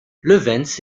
levens